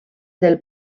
del